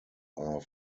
are